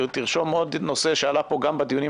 תרשום עוד נושא שעלה פה גם בדיונים